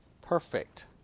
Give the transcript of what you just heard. perfect